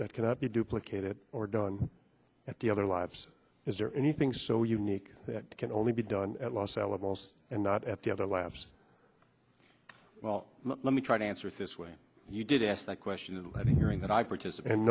that cannot be duplicated or done at the other lives is there anything so unique that can only be done at los alamos and not at the other labs well let me try to answer this way you did ask that question and let the hearing that i participate and